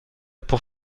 pour